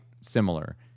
similar